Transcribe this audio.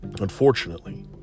Unfortunately